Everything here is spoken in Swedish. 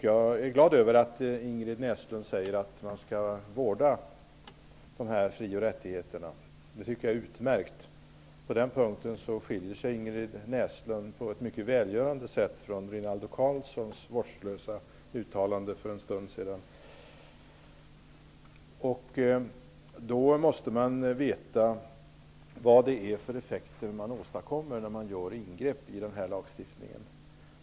Jag är glad över att Ingrid Näslund säger att man skall vårda dessa fri och rättigheter. Det tycker jag är utmärkt. På den punkten skiljer sig Ingrid Näslunds uttalande på ett mycket välgörande sätt från det mycket vårdslösa uttalande Rinaldo Karlsson gjorde för en stund sedan. Man måste veta vad det är för effekter man åstadkommer när man gör ingrepp i lagstiftningen.